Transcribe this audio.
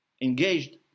engaged